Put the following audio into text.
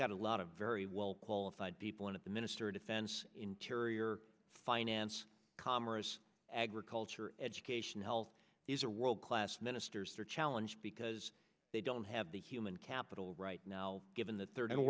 got a lot of very well qualified people in it the minister of defense interior finance commerce agriculture education health these are world class ministers their challenge because they don't have the human capital right now given the third